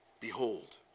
Behold